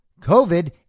COVID